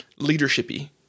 leadershipy